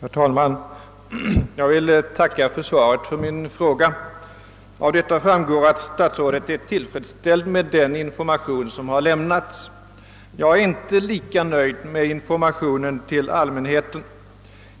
Herr talman! Jag vill tacka för svaret på min fråga. Av detsamma framgår att statsrådet är tillfredsställd med den information som lämnats. Jag är inte lika nöjd med informationen till allmänheten.